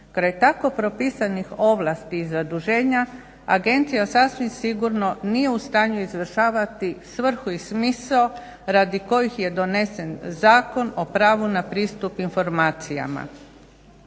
Kraj tako propisanih ovlasti i zaduženja Agencija sasvim sigurno nije u stanju izvršavati svrhu i smisao radi kojih je donesen Zakon o pravu na pristup informacijama.